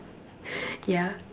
yeah